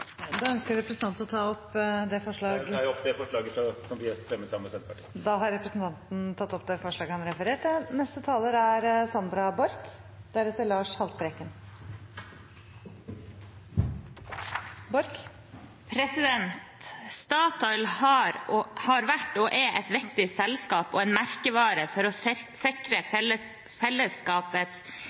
Da tar jeg opp det forslaget som vi fremmer sammen med Senterpartiet. Representanten Espen Barth Eide har tatt opp det forslaget han refererte til. Statoil har vært – og er – et viktig selskap og en merkevare for å sikre fellesskapets